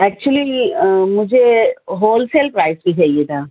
actually یہ مجھے wholesale price پہ چاہیے تھا